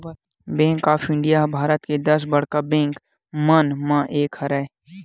bank of India ह भारत के दस बड़का बेंक मन म एक हरय